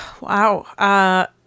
Wow